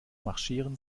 marschieren